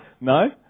No